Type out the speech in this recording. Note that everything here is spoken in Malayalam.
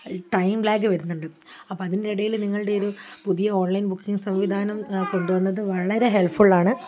ഒരു ടൈം ലാഗ് വരുന്നുണ്ട് അപ്പം അതിൻ്റെ ഇടയിൽ നിങ്ങളുടെ ഒരു പുതിയ ഓൺലൈൻ ബുക്കിംഗ് സംവിധാനം കൊണ്ടുവന്നത് വളരെ ഹെൽപ്ഫുള്ള് ആണ്